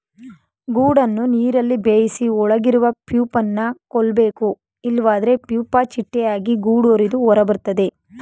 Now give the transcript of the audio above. ಗೂಡನ್ನು ನೀರಲ್ಲಿ ಬೇಯಿಸಿ ಒಳಗಿರುವ ಪ್ಯೂಪನ ಕೊಲ್ಬೇಕು ಇಲ್ವಾದ್ರೆ ಪ್ಯೂಪ ಚಿಟ್ಟೆಯಾಗಿ ಗೂಡು ಹರಿದು ಹೊರಬರ್ತದೆ